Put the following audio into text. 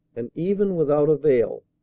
and even without a veil!